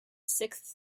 sixth